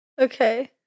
Okay